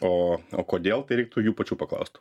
o o kodėl tai reiktų jų pačių paklaust